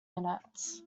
minutes